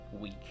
Week